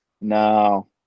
No